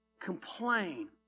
complain